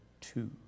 two